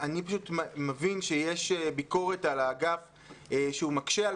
אני פשוט מבין שיש ביקורת על האגף שהוא מקשה על